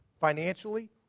financially